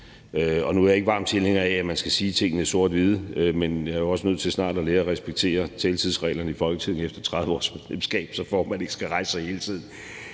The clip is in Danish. Og nu er jeg ikke varm tilhænger af, at man skal sige tingene sort-hvidt, men jeg er jo også nødt til snart at lære at respektere taletidsreglerne i Folketinget efter 30 års medlemskab, så formanden ikke skal rejse sig hele tiden.